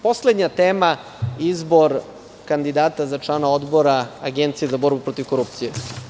Poslednja tema, izbor kandidata za člana Odbora Agencije za borbu protiv korupcije.